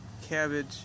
cabbage